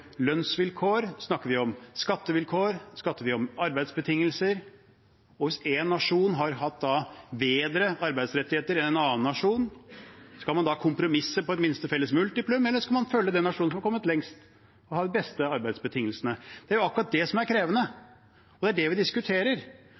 lønnsvilkår? Snakker vi om skattevilkår? Snakker vi om arbeidsbetingelser? Hvis én nasjon har bedre arbeidsrettigheter enn en annen nasjon, skal man da kompromisse på et minste felles multiplum, eller skal man følge den nasjonen som har kommet lengst og har de beste arbeidsbetingelsene? Det er jo akkurat det som er krevende.